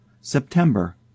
September